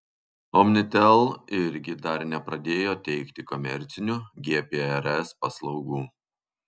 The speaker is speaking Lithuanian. omnitel irgi dar nepradėjo teikti komercinių gprs paslaugų